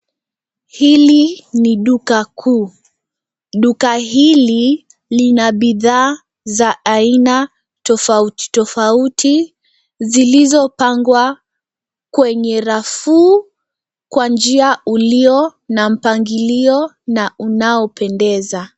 Hili ni duka kuu. Duka hili lina bidhaa za aina tofauti tofauti, zilizopangwa kwenye rafu kwa njia uliyo na mpangilio na unaopendeza.